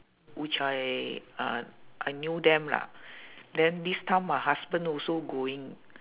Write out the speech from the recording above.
which I uh I knew them lah then this time my husband also going